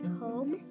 home